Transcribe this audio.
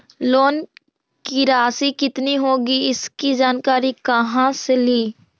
Loan की रासि कितनी होगी इसकी जानकारी कहा से ली?